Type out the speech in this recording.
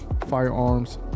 firearms